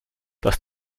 dass